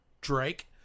Drake